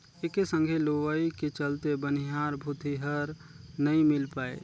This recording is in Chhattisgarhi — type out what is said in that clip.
एके संघे लुवई के चलते बनिहार भूतीहर नई मिल पाये